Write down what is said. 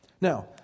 Now